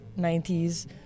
90s